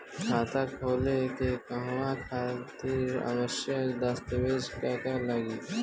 खाता खोले के कहवा खातिर आवश्यक दस्तावेज का का लगी?